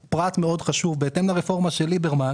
בהתאם לרפורמה של ליברמן